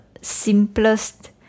Simplest